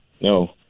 No